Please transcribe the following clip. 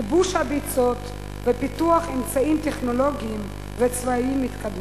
ייבוש הביצות ופיתוח אמצעים טכנולוגיים וצבאיים מתקדמים.